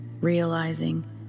realizing